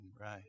Right